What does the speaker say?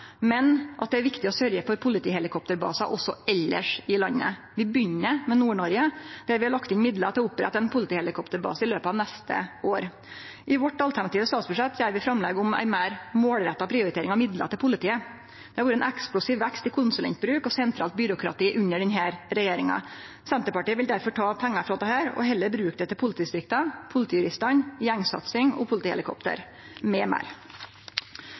men at det er viktig å sørgje for politihelikopterbasar også i landet elles. Vi begynner med Nord-Noreg, der vi har lagt inn midlar til å opprette ein politihelikopterbase i løpet av neste år. I vårt alternative statsbudsjett gjer vi framlegg om ei meir målretta prioritering av midlar til politiet. Det har vore ein eksplosiv vekst i konsulentbruk og sentralt byråkrati under denne regjeringa. Senterpartiet vil derfor ta pengar frå dette og heller bruke det til politidistrikta, politijuristane, gjengsatsing og politihelikopter m.m. Så når vi skriv at vi styrkjer politiet med